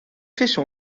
vissen